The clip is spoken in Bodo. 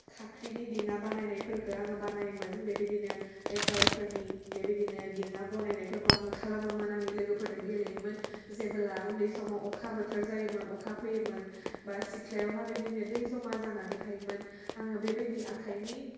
खाख्रिनि दिङा बानायफोरखो आङो बानायोमोन बेबादिनो पेपार फोरनि बेबादिनो दिङा बनायनायफोरखौ आङो खालामोमोन आंनि लोगोफोरदों गेलेयोमोन जेबोला उन्दै समाव अखा बोथोर जायोमोन अखा फैयोमोन बा सिख्लायावहा बिबायदि दै जमा जानानै थायोमोन आङो बे बायदि आखाइनि